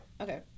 okay